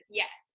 yes